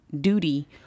duty